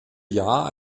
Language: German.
jahr